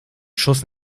schuss